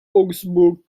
augsburg